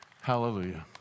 Hallelujah